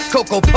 Coco